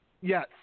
Yes